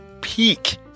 peak